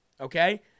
okay